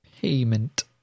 Payment